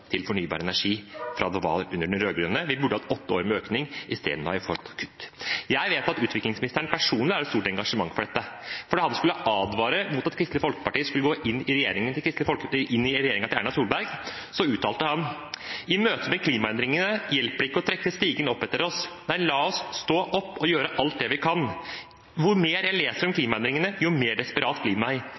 til fornybar energi under den rød-grønne regjeringen. Vi burde hatt åtte år med økning, isteden har vi fått kutt. Jeg vet at utviklingsministeren personlig har et stort engasjement for dette, for da han skulle advare mot at Kristelig Folkeparti skulle gå inn i regjeringen til Erna Solberg, uttalte han: I møte med klimaendringene hjelper det ikke å trekke stigen opp etter oss. Nei, la oss stå opp og gjøre alt det vi kan. Jo mer jeg leser om klimaendringene, jo mer desperat blir